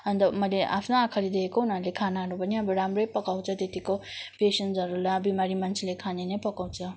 अन्त मैले आफ्नो आँखाले देखेको उनीहरूले खानाहरू पनि अब राम्रै पकाउँछ त्यत्तिको पेसेन्सहरू ला बिमारी मान्छेले खाने नै पकाउँछ